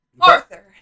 Arthur